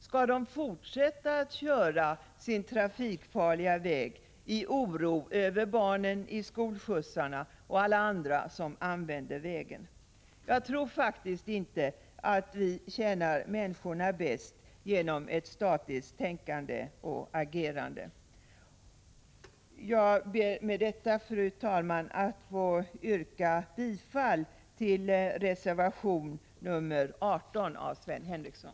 Skall de fortsätta att köra på sin trafikfarliga väg i oro över barnen i skolskjutsarna och alla andra som använder vägen? Jag tror faktiskt inte att vi tjänar människorna bäst genom ett statiskt tänkande och agerande. Fru talman! Jag ber med detta att få yrka bifall till reservation 18 av Sven Henricsson.